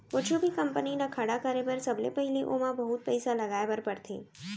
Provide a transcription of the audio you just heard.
कुछु भी कंपनी ल खड़ा करे बर सबले पहिली ओमा बहुत पइसा लगाए बर परथे